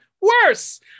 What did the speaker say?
worse